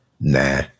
nah